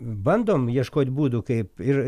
bandom ieškot būdų kaip ir